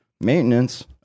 maintenance